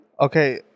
Okay